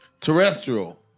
Terrestrial